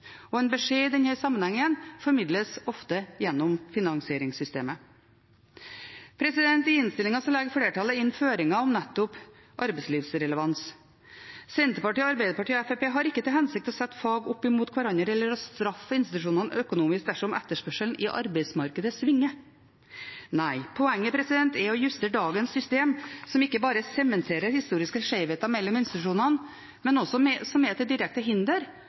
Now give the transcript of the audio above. En beskjed i denne sammenhengen formidles ofte gjennom finansieringssystemet. I innstillingen legger flertallet inn føringer om nettopp arbeidslivsrelevans. Senterpartiet, Arbeiderpartiet og Fremskrittspartiet har ikke til hensikt å sette fag opp mot hverandre eller å straffe institusjonene økonomisk dersom etterspørselen i arbeidsmarkedet svinger. Poenget er å justere dagens system, som ikke bare sementerer historiske skjevheter mellom institusjonene, men som også er til direkte hinder